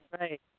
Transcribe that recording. right